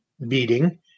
beating